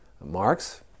Marx